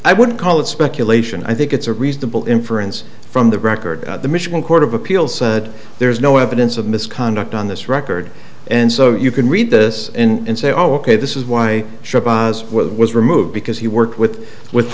i wouldn't call it speculation i think it's a reasonable inference from the record the michigan court of appeals said there is no evidence of misconduct on this record and so you can read this and say oh ok this is why i was removed because he worked with w